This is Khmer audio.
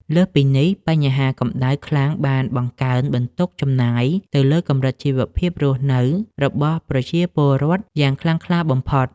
លើសពីនេះ បញ្ហាកម្ដៅខ្លាំងបានបង្កើនបន្ទុកចំណាយទៅលើកម្រិតជីវភាពរស់នៅរបស់ប្រជាពលរដ្ឋយ៉ាងខ្លាំងក្លាបំផុត។